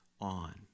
on